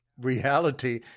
reality